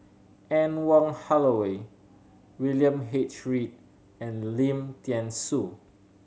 Anne Wong Holloway William H Read and Lim Thean Soo